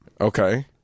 Okay